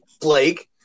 Blake